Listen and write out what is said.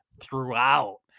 throughout